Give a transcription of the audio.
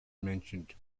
mentioned